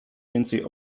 więcej